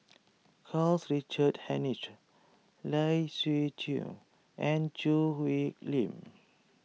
Karl Richard Hanitsch Lai Siu Chiu and Choo Hwee Lim